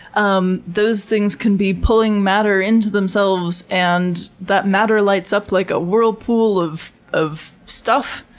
um those things can be pulling matter into themselves, and that matter lights up like a whirlpool of of stuff,